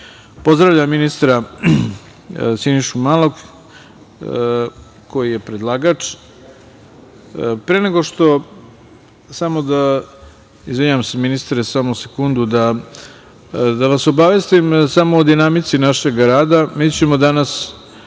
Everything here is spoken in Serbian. Vlada. Pozdravljam ministra Sinišu Malog koji je predlagač. Pre nego što, samo, izvinjavam se ministre samo sekundu da vas obavestim samo o dinamici našeg rada. Mi ćemo danas